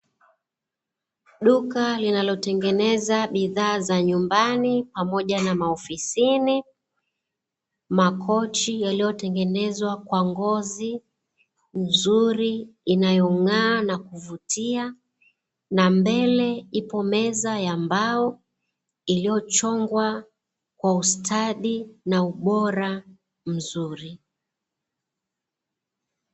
Duka linalotengeneza bidhaa za nyumbani pamoja na maofisini, makochi yaliyotengenezwa kwa ngozi nzuri inayong'aa na kuvutia, na mbele ipo meza ya mbao iliyochongwa kwa ustadi na ubora mzuri .